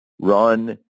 run